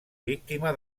víctima